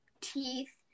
teeth